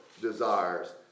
desires